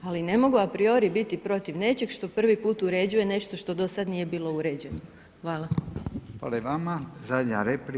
Ali, ne mogu apriori biti protiv nečeg, što prvi puta uređuje nešto što do sada nije bilo uređeno.